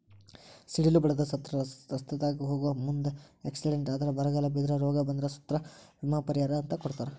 ಸಿಡಿಲ ಬಡದ ಸತ್ರ ರಸ್ತಾದಾಗ ಹೋಗು ಮುಂದ ಎಕ್ಸಿಡೆಂಟ್ ಆದ್ರ ಬರಗಾಲ ಬಿದ್ರ ರೋಗ ಬಂದ್ರ ಸತ್ರ ವಿಮಾ ಪರಿಹಾರ ಅಂತ ಕೊಡತಾರ